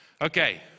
Okay